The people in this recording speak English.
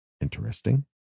interesting